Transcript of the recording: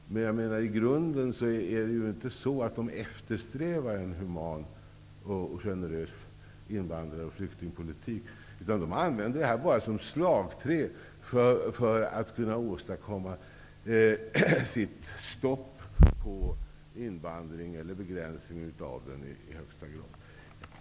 I grunden eftersträvar dock inte Ny demokrati en human och generös invandrar och flyktingpolitik. Man använder bara argumentet som ett slagträ för att kunna åstadkomma ett stopp eller en begränsning av invandringen.